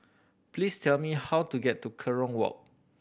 please tell me how to get to Kerong Walk